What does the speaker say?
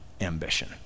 ambition